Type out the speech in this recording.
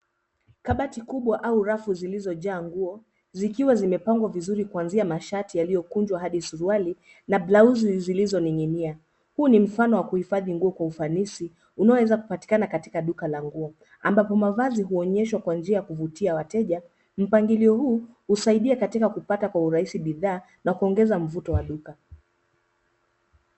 Kabati kubwa au rafu zilizojaa nguo zikiwa zimepangwa vizuri kuanzia mashati yaliyokunjwa hadi suruali na blausi zilizoning'inia. Huu ni mfano wa kuhifadhi nguo kwa ufanisi unaoweza kupatikana katika duka la nguo ambapo mavazi huonyeshwa kwa njia ya kuvutia wateja. Mpangilio huu husaidia katika kupata kwa urahisi bidhaa na kuongeza mvuto wa duka.